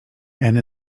and